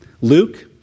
Luke